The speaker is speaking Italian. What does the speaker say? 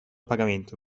pagamento